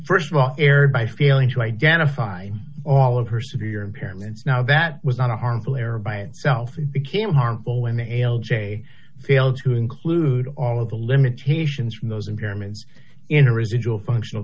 first of all aired by failing to identify all of her severe impairments now that was not a harmful error by itself and became harmful when the l j fails to include all of the limitations from those impairments in a residual functional